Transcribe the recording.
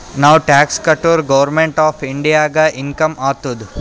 ನಾವ್ ಟ್ಯಾಕ್ಸ್ ಕಟುರ್ government of ಇಂಡಿಯಾಗ ಇನ್ಕಮ್ ಆತ್ತುದ್